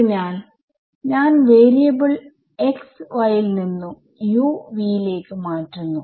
അതിനാൽ ഞാൻ variable x y ൽ നിന്നും u v യിലേക്ക് മാറ്റുന്നു